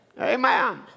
Amen